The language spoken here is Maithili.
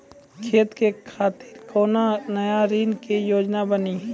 खेती के खातिर कोनो नया ऋण के योजना बानी?